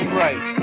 right